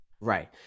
Right